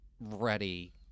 ready